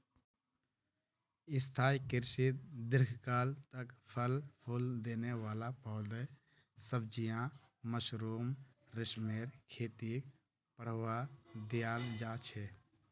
स्थाई कृषित दीर्घकाल तक फल फूल देने वाला पौधे, सब्जियां, मशरूम, रेशमेर खेतीक बढ़ावा दियाल जा छे